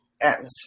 atmosphere